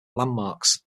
landmarks